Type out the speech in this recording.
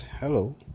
hello